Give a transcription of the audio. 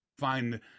find